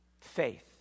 faith